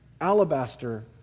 alabaster